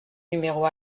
numéros